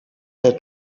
their